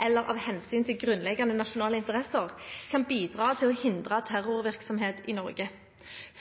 eller av hensyn til grunnleggende nasjonale interesser kan bidra til å hindre terrorvirksomhet i Norge.